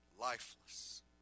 lifeless